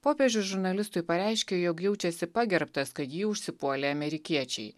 popiežius žurnalistui pareiškė jog jaučiasi pagerbtas kad jį užsipuolė amerikiečiai